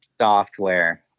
software